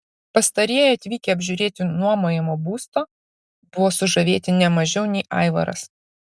pastarieji atvykę apžiūrėti nuomojamo būsto buvo sužavėti ne mažiau nei aivaras